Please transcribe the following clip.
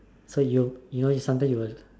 so you you know sometimes you will